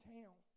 town